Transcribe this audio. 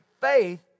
faith